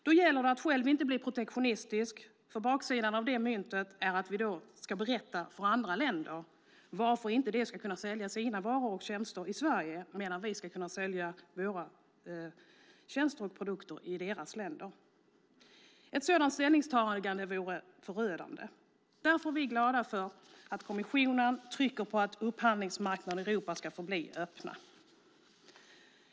Då gäller det att själv inte bli protektionistisk, för baksidan av det myntet är att vi ska berätta för andra länder varför inte de ska kunna sälja sina varor och tjänster i Sverige medan vi ska kunna sälja våra tjänster och produkter i deras länder. Ett sådant ställningstagande vore förödande. Därför är vi glada för att kommissionen trycker på att upphandlingsmarknader i Europa ska förbli öppna.